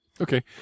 Okay